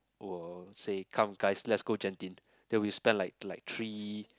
will say come guys let's go Genting then we spend like like three